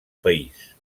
país